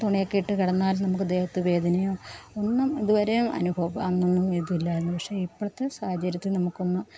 തുണിയൊക്കെ ഇട്ട് കിടന്നാലും നമുക്ക് ദേഹത്ത് വേദനയോ ഒന്നും ഇതുവരെ അനുഭവം അന്നൊന്നും ഇതില്ലായിരുന്നു പക്ഷേ ഇപ്പോളത്തെ സാഹചര്യത്തിൽ നമുക്ക് ഒന്ന്